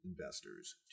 investors